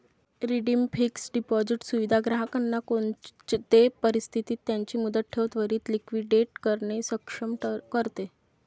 redeemed fixed deposit सुविधा ग्राहकांना कोणते परिस्थितीत त्यांची मुदत ठेव त्वरीत लिक्विडेट करणे सक्षम करते